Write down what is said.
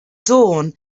dawn